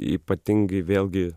ypatingai vėlgi